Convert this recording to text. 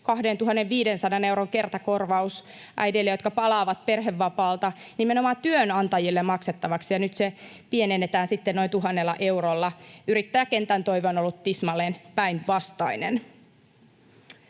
2 500 euron kertakorvaus äideille, jotka palaavat perhevapaalta, nimenomaan työnantajille maksettavaksi, ja nyt sitä pienennetään sitten noin 1 000 eurolla. Yrittäjäkentän toive on ollut tismalleen päinvastainen.